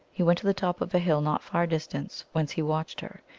he went to the top of a hill not far distant, whence he watched her.